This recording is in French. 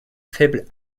faible